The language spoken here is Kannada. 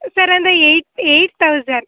ಸರ್ ಅಂದರೆ ಎಯ್ಟ್ ಎಯ್ಟ್ ತೌಸನ್